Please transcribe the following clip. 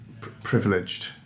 privileged